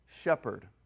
shepherd